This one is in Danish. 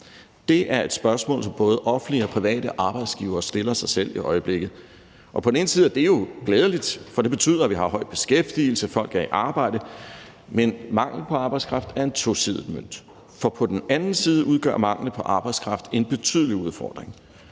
Det er et spørgsmål, som både offentlige og private arbejdsgivere stiller sig selv i øjeblikket. På den ene side er det jo glædeligt, for det betyder, at vi har høj beskæftigelse, og at folk er i arbejde. Men mangel på arbejdskraft er en tosidet mønt. For på den anden side udgør manglen på arbejdskraft en betydelig udfordring,